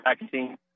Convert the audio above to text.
vaccine